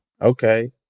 Okay